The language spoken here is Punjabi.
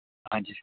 ਹਾਂਜੀ